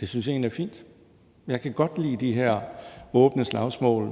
det synes jeg egentlig er fint. Jeg kan godt lide de her åbne slagsmål,